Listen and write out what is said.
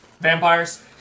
vampires